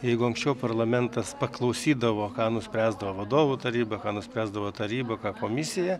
jeigu anksčiau parlamentas paklausydavo ką nuspręsdavo vadovų taryba ką nuspręsdavo taryba ką komisija